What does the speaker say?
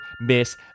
miss